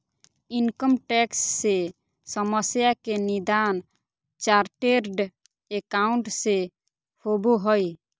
income tax से समस्या के निदान चार्टेड एकाउंट से होबो हइ